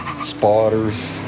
spotters